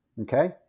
okay